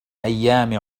أيام